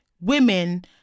women